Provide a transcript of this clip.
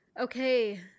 Okay